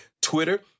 Twitter